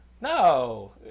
no